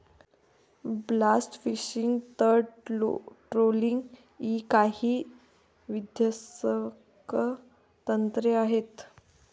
blast fishing, तळ trolling इ काही विध्वंसक तंत्रे आहेत